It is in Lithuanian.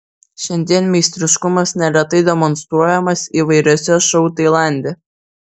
šiandien meistriškumas neretai demonstruojamas įvairiuose šou tailande